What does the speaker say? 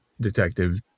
detective